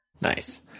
Nice